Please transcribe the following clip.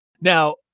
Now